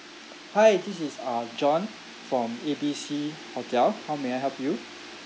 hi this is uh john from A B C hotel how may I help you